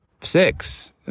six